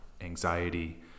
anxiety